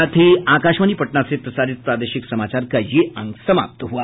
इसके साथ ही आकाशवाणी पटना से प्रसारित प्रादेशिक समाचार का ये अंक समाप्त हुआ